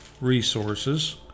resources